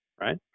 Right